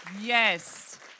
Yes